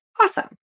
Awesome